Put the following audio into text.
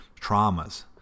traumas